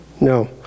no